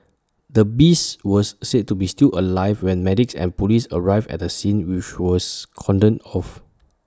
the beast was said to be still alive when medics and Police arrived at the scene which was cordoned off